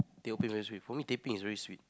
teh O peng very sweet for me teh peng is very sweet